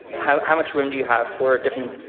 how how much room do you have for a different,